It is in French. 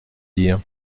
dire